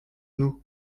nous